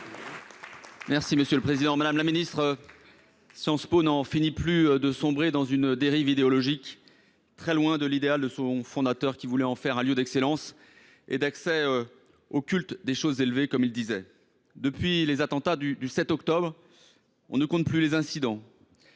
et de la recherche. Madame la ministre, Sciences Po n’en finit plus de sombrer dans une dérive idéologique, très loin de l’idéal de son fondateur, qui voulait en faire un lieu d’excellence et d’accès au « culte des choses élevées », comme il disait. Depuis les attentats du 7 octobre, on ne compte plus les incidents,